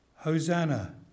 Hosanna